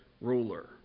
ruler